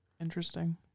Interesting